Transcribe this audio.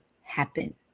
happen